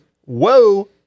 Whoa